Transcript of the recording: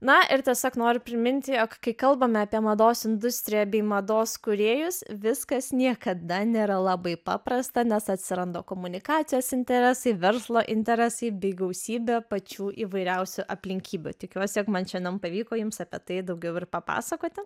na ir tiesiog noriu priminti jog kai kalbame apie mados industriją bei mados kūrėjus viskas niekada nėra labai paprasta nes atsiranda komunikacijos interesai verslo interesai bei gausybė pačių įvairiausių aplinkybių tikiuosi jog man šiandien pavyko jums apie tai daugiau ir papasakoti